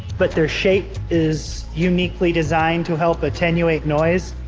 but their shape is uniquely designed to help attenuate noise.